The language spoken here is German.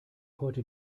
heute